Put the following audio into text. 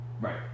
Right